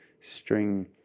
string